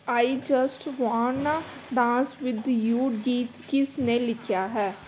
I just wanna dance with you ਗੀਤ ਕਿਸ ਨੇ ਲਿਖਿਆ ਹੈ